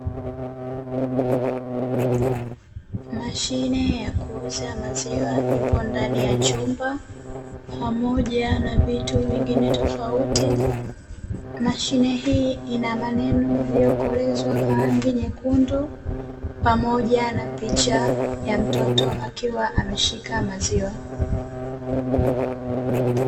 Mashine ya kuuza maziwa ipo ndani ya chumba, pamoja na vitu vingine tofauti. Mashine hii ina maneno yaliyokolezwa kwa rangi nyekundu, pamoja na picha ya mtoto akiwa ameshika maziwa.